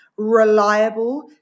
reliable